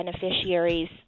beneficiaries